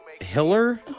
Hiller